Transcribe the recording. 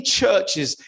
churches